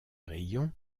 rayon